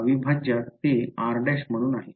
अविभाज्यात ते r' म्हणून आहे